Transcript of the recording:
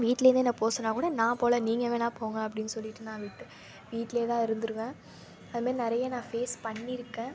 வீட்லருந்தே என்ன போ சொன்னால் கூட நான் போகல நீங்கள் வேணா போங்க அப்படின் சொல்லிவிட்டு நான் விட்டு வீட்ல தான் இருந்துருவேன் அதுமாதிரி நிறைய நான் ஃபேஸ் பண்ணி இருக்கேன்